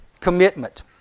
commitment